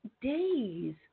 days